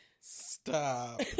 Stop